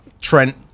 Trent